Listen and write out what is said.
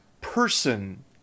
person